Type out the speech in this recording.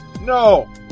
No